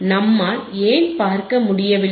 நம்மால் ஏன் பார்க்க முடியவில்லை